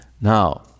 Now